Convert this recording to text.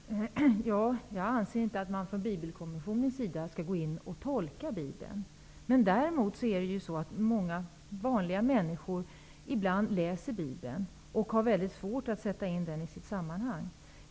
Herr talman! Jag anser inte att Bibelkommissionen skall gå in och tolka Bibeln. Däremot läser många vanliga människor ibland Bibeln och har väldigt svårt att sätta in den i sitt sammanhang.